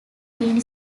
been